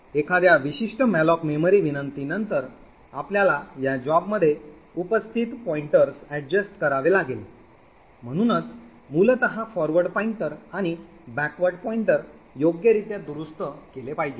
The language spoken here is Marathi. एखाद्या विशिष्ट मॅलोक मेमरी विनंतीवर आपल्याला या जॉबमध्ये उपस्थित पॉईंटर्स समायोजित करावे लागेल म्हणूनच मूलत फॉरवर्ड पॉईंटर आणि बॅकवर्ड पॉइंटर योग्यरित्या दुरुस्त केले पाहिजेत